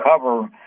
cover